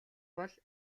бол